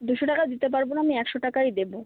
দুশো টাকা দিতে পারবো না আমি একশো টাকাই দেবো